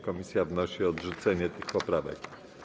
Komisja wnosi o odrzucenie tych poprawek.